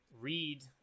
read